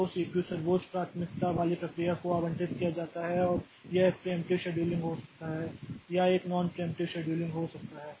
तो सीपीयू सर्वोच्च प्राथमिकता वाली प्रक्रिया को आवंटित किया जाता है और यह एक प्रियेंप्टिव शेड्यूलिंग हो सकता है या यह एक नॉन प्रियेंप्टिव शेड्यूलिंग हो सकता है